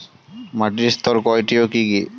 মাটির স্তর কয়টি ও কি কি?